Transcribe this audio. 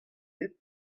dit